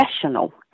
professional